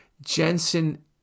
Jensen